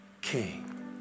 king